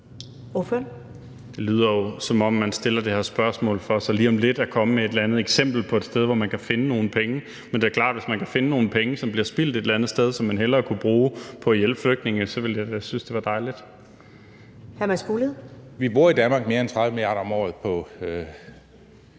Det lyder jo, som om man stiller det her spørgsmål for så lige om lidt at komme med et eller andet eksempel på et sted, hvor man kan finde nogle penge. Men det er klart, at hvis man kan finde nogle penge, som bliver spildt et eller andet sted, og som man bedre kunne bruge på at hjælpe flygtninge, ville jeg da synes, det var dejligt. Kl. 18:10 Første næstformand